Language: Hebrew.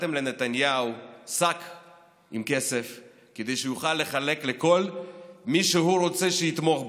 נתתם לנתניהו שק עם כסף כדי שהוא יוכל לחלק לכל מי שהוא רוצה שיתמוך בו,